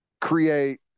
create